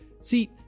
See